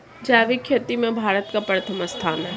जैविक खेती में भारत का प्रथम स्थान है